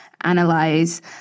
analyze